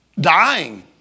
dying